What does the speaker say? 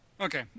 Okay